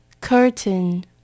Curtain